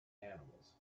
animals